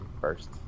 first